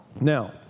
Now